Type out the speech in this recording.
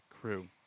crew